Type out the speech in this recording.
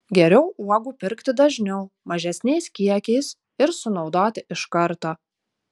geriau uogų pirkti dažniau mažesniais kiekiais ir sunaudoti iš karto